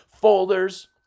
folders